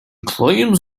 claims